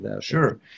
Sure